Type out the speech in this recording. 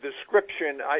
description